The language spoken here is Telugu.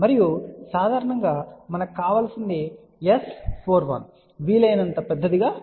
మరియు సాధారణంగా మనకు కావలసినది S41 వీలైనంత పెద్దదిగా ఉండాలి